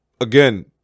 again